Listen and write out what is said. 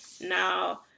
Now